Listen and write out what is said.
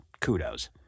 kudos